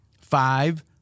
five